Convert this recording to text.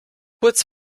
kurz